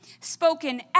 Spoken